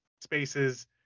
spaces